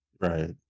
right